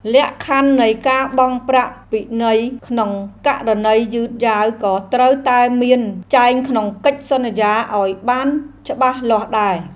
លក្ខខណ្ឌនៃការបង់ប្រាក់ពិន័យក្នុងករណីយឺតយ៉ាវក៏ត្រូវតែមានចែងក្នុងកិច្ចសន្យាឱ្យបានច្បាស់លាស់ដែរ។